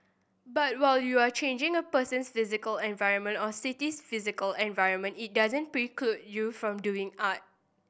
but while you are changing a person's physical environment or city's physical environment it doesn't preclude you from doing art